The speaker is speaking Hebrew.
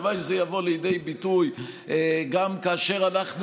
הלוואי שזה יבוא לידי ביטוי גם כאשר אנחנו,